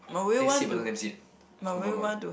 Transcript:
then you say burden them is it confirm one